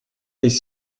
les